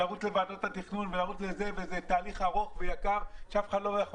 לרוץ לוועדות התכנון שזה תהליך ארוך ויקר שאף אחד לא יכול